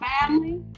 family